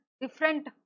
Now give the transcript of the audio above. different